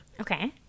Okay